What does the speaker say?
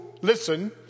listen